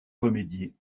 remédier